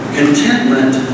contentment